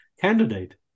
candidate